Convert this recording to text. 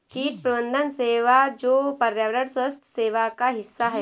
कीट प्रबंधन सेवा जो पर्यावरण स्वास्थ्य सेवा का हिस्सा है